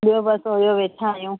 ॿियो बसि ओयो वेठा आहियूं